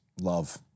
Love